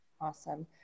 Awesome